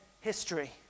history